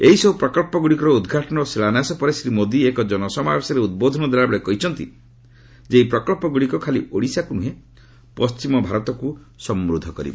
ଏହିସବୁ ପ୍ରକଳ୍ପ ଗୁଡ଼ିକର ଉଦ୍ଘାଟନ ଓ ଶିଳାନ୍ୟାସ ପରେ ଶ୍ରୀ ମୋଦି ଏକ ଜନସମାବେଶରେ ଉଦ୍ବୋଧନ ଦେଲାବେଳେ କହିଛନ୍ତି ଯେ ଏହି ପ୍ରକଳ୍ପଗୁଡ଼ିକ ଖାଲି ସଡ଼ିଶାକୁ ନୁହେଁ ପଣ୍ଢିମ ଭାରତକୁ ସମୃଦ୍ଧ କରିବ